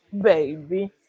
baby